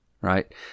right